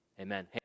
amen